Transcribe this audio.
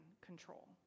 control